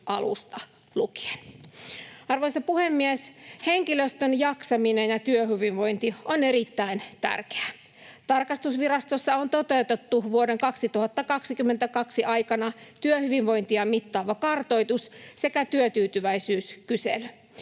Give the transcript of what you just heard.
Arvoisa puhemies! Henkilöstön jaksaminen ja työhyvinvointi on erittäin tärkeää. Tarkastusvirastossa on toteutettu vuoden 2022 aikana työhyvinvointia mittaava kartoitus sekä työtyytyväisyyskysely.